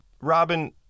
Robin